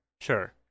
Sure